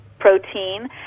protein